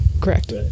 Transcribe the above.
Correct